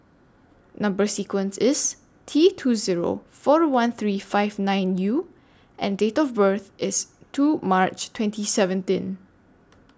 Number sequence IS T two Zero four one three five nine U and Date of birth IS two March twenty seventeen